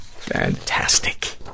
Fantastic